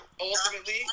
ultimately